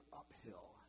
uphill